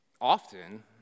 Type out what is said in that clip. often